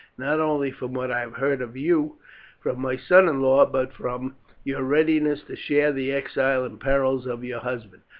not only from what i have heard of you from my son in law, but from your readiness to share the exile and perils of your husband.